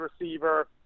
receiver